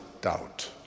doubt